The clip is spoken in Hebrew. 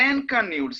אין כאן ניהול סיכונים,